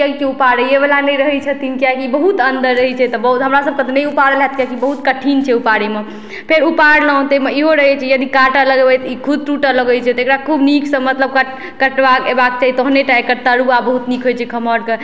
किए कि उपाड़ैयैबला नहि रहै छथिन किए कि बहुत अन्दर रहै छै तऽ बहुत हमरासँ तऽ नहि उपाड़ल होयत किए कि बहुत कठिन छै उपाड़ैमे फेर उपाड़लहुॅं तऽ एहिमे इहो रहै छै यदि काटऽ लगबै ई खुद टूटअ लगै छै तऽ एकरा खूब नीक सँ मतलब कटबा एबाके चाही तहने टा एकर तरूआ बहुत नीक होइ छै खमहौरके